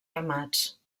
ramats